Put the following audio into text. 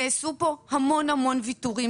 נעשו כאן המון ויתורים,